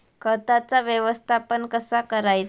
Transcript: खताचा व्यवस्थापन कसा करायचा?